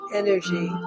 energy